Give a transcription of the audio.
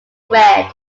red